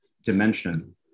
dimension